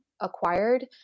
acquired